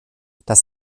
das